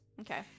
Okay